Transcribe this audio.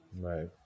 Right